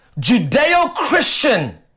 Judeo-Christian